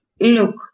Look